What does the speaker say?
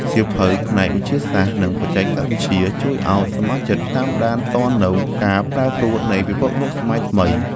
សៀវភៅផ្នែក វិទ្យាសាស្ត្រ និងបច្ចេកវិទ្យា ជួយឱ្យសមាជិកតាមដានទាន់នូវការប្រែប្រួលនៃពិភពលោកសម័យថ្មី។